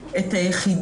ותקבלו על זה החלטה.